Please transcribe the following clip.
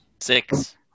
Six